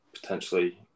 potentially